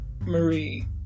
Marie